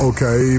Okay